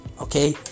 okay